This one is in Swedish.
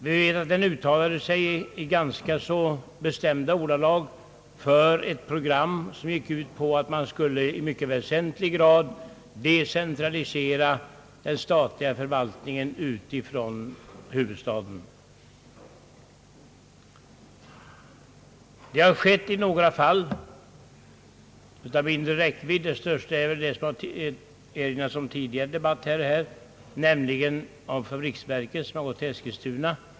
Denna utredning uttalade sig i ganska bestämda ordalag för ett program som gick ut på att man i mycket väsentlig grad skulle decentralisera den statliga förvaltningen från huvudstaden, Det har skett i några fall, som dock varit av mindre räckvidd. Den största utflyttningen är väl den som tidigare nämnts, nämligen av statens fabriksverk till Eskilstuna.